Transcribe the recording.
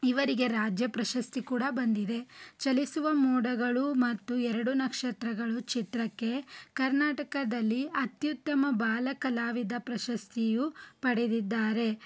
ಇವರಿಗೆ ರಾಜ್ಯಪ್ರಶಸ್ತಿ ಕೂಡ ಬಂದಿದೆ ಚಲಿಸುವ ಮೋಡಗಳು ಮತ್ತು ಎರಡು ನಕ್ಷತ್ರಗಳು ಚಿತ್ರಕ್ಕೆ ಕರ್ನಾಟಕದಲ್ಲಿ ಅತ್ಯುತ್ತಮ ಬಾಲಕಲಾವಿದ ಪ್ರಶಸ್ತಿಯೂ ಪಡೆದಿದ್ದಾರೆ